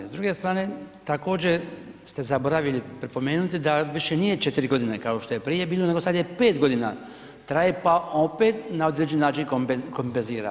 S druge strane, također ste zaboravili pripomenuti da više nije 4 godine, kao što je prije bilo, nego sad je 5 godina traje pa opet na određeni način kompenzira.